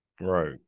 Right